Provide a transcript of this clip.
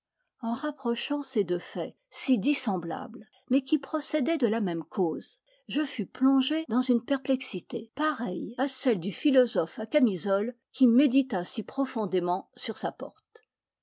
en rapprochant ces deux faits si dissemblables mais qui procédaient de la même cause je fus plongé dans une perplexité pareille à celle du philosophe à camisole qui médita si profondément sur sa porte